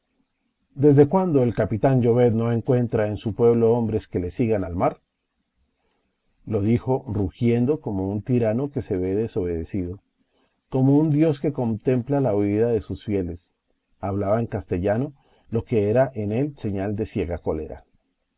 desde cuándo el capitán llovet no encuentra en su pueblo hombres que le sigan al mar lo dijo rugiendo como un tirano que se ve desobedecido como un dios que contempla la huida de sus fieles hablaba en castellano lo que era en él señal de ciega cólera